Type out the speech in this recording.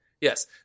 Yes